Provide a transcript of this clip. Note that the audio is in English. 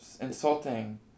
insulting